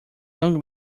young